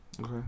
Okay